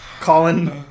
Colin